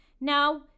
Now